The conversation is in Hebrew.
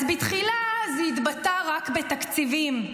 אז בתחילה זה התבטא רק בתקציבים.